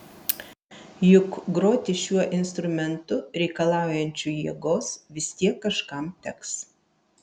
juk groti šiuo instrumentu reikalaujančiu jėgos vis tiek kažkam teks